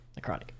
Necrotic